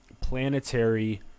planetary